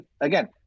again